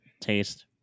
taste